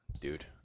dude